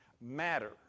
matter